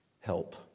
Help